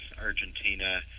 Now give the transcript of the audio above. Argentina